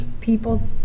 People